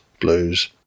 blues